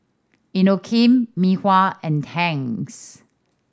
Inokim Mei Hua and Tangs